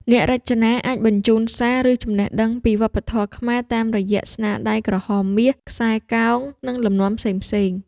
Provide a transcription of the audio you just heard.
អ្នករចនាអាចបញ្ជូនសារ ឬចំណេះដឹងពីវប្បធម៌ខ្មែរ តាមរយៈស្នាដៃក្រហមមាស ខ្សែកោងនិងលំនាំផ្សេងៗ។